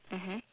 mmhmm